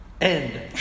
End